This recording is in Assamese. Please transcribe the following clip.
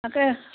তাকে